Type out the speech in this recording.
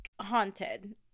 haunted